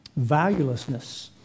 valuelessness